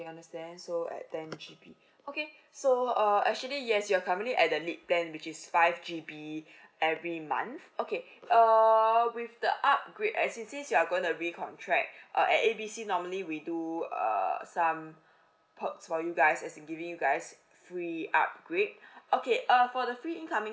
okay understand so at ten G_B okay so uh actually yes you're currently at the lead plan which is five G_B every month okay err with the upgrade as it is you're going to recontract uh at A B C normally we do err some perks for you guys as in giving you guys free upgrade okay err for the free incoming